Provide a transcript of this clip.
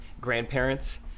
grandparents